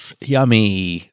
Yummy